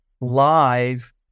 live